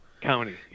County